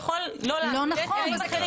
הוא יכול לא --- לא נכון.